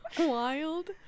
wild